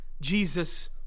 Jesus